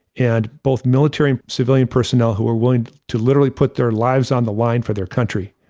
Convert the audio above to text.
and both military and civilian personnel who are willing to literally put their lives on the line for their country.